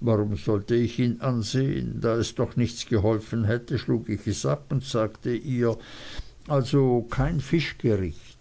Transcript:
warum sollte ich ihn ansehen da es doch nichts geholfen hätte schlug ich es ab und sagte ihr also kein fischgericht